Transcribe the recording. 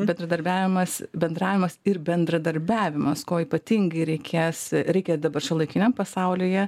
bendradarbiavimas bendravimas ir bendradarbiavimas ko ypatingai reikės reikia dabar šiuolaikiniam pasaulyje